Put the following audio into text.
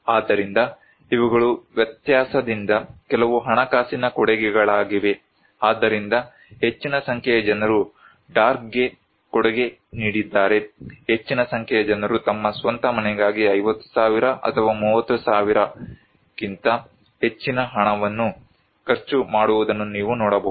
ಆದ್ದರಿಂದ ಇವುಗಳು ವ್ಯತ್ಯಾಸದಿಂದ ಕೆಲವು ಹಣಕಾಸಿನ ಕೊಡುಗೆಗಳಾಗಿವೆ ಆದ್ದರಿಂದ ಹೆಚ್ಚಿನ ಸಂಖ್ಯೆಯ ಜನರು ಡಾರ್ಕ್ಗೆ ಕೊಡುಗೆ ನೀಡಿದ್ದಾರೆ ಹೆಚ್ಚಿನ ಸಂಖ್ಯೆಯ ಜನರು ತಮ್ಮ ಸ್ವಂತ ಮನೆಗಾಗಿ 50000 ಅಥವಾ 30000 ಸಾವಿರಕ್ಕಿಂತ ಹೆಚ್ಚಿನ ಹಣವನ್ನು ಖರ್ಚು ಮಾಡುವುದನ್ನು ನೀವು ನೋಡಬಹುದು